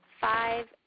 Five